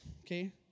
okay